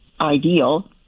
ideal